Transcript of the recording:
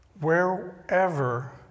wherever